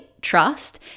trust